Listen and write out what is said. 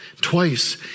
Twice